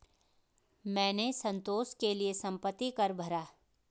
मैंने संतोष के लिए संपत्ति कर भरा